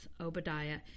Obadiah